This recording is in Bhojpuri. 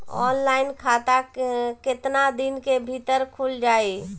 ऑनलाइन खाता केतना दिन के भीतर ख़ुल जाई?